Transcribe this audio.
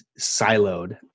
siloed